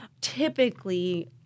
Typically